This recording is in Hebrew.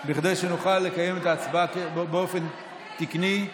כדי שנוכל לקיים את ההצבעה באופן תקני.